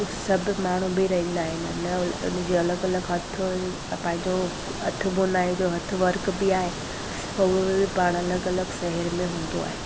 सभ माण्हू बि रहंदा आहिनि अञा उनजी अलॻि अलॻि हथ ऐं पंहिंजो हथ बुनाई जो हथ वर्क बि आहे उहो बि पाण अलॻि अलॻि शहर में हूंदो आहे